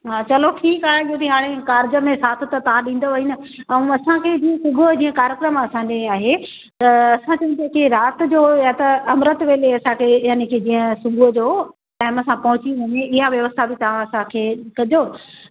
हा चलो ठीकु आहे छोकी हाणे कार्ज में साथ त तव्हां ॾींदव ई न ऐं असांखे बि सुबुह जीअं कार्यक्रम आहे असांजो आहे त असां जीअं राति जो या त अमृत वेले असांखे याने के जीअं सुबुह जो टाइम सां पहुची वञे या व्यवस्था बि तव्हां असांखे कजो